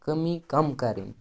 کمی کَم کَرٕنۍ